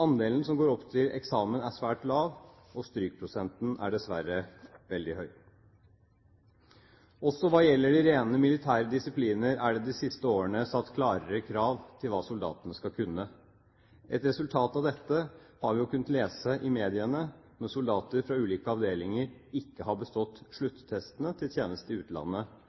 Andelen som går opp til eksamen, er svært lav, og strykprosenten er dessverre veldig høy. Også hva gjelder de rene militære disipliner, er det de siste årene satt klarere krav til hva soldatene skal kunne. Et resultat av dette har vi jo kunnet lese i mediene, når soldater fra ulike avdelinger ikke har bestått sluttestene til tjeneste i utlandet